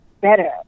better